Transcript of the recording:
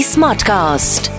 Smartcast